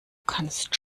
kannst